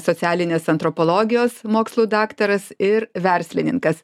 socialinės antropologijos mokslų daktaras ir verslininkas